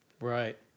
Right